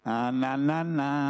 Na-na-na-na